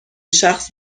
شخص